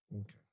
Okay